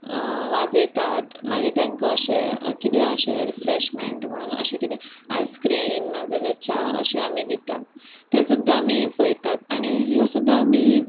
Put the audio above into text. वाजयतात मागीर तेंका अशे किदें अशें रिफ्रेशमेंट म्हणून अशें कितें आयस्क्रीम नाजाल्या च्या अशी आमी दितात ते सुद्दां आमी पयतात आनी ह्यो सुद्दां आमी